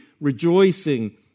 rejoicing